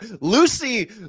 lucy